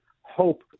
hope